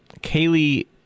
Kaylee